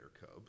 Cub